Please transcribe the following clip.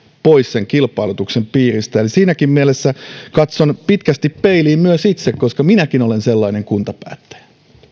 pois sen kilpailutuksen piiristä siinäkin mielessä katson pitkästi peiliin myös itse koska minäkin olen sellainen kuntapäättäjä